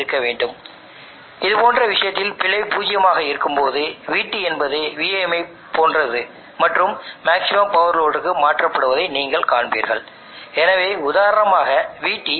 எனவே நான் ஃபீட்பேக்காக iT இருக்க விரும்புகிறேன் என்றும் ஒரு ரெஃபரன்ஸ் ஆக Im வேண்டும் என நான் விரும்புகிறேன்